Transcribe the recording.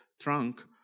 trunk